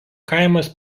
kaimas